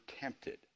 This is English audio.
tempted